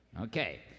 Okay